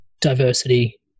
diversity